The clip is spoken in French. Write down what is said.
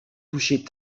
toucher